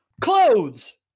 clothes